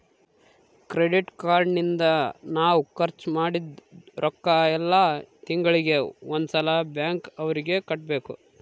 credit card ನಿಂದ ನಾವ್ ಖರ್ಚ ಮದಿದ್ದ್ ರೊಕ್ಕ ಯೆಲ್ಲ ತಿಂಗಳಿಗೆ ಒಂದ್ ಸಲ ಬ್ಯಾಂಕ್ ಅವರಿಗೆ ಕಟ್ಬೆಕು